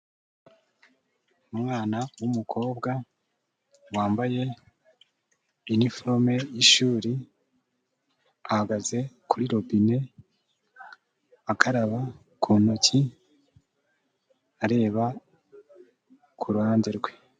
Umwana w'umukobwa wambaye iniforume y'ishuri, ahagaze kuri robine akaraba ku ntoki, areba ku ruhande rwe.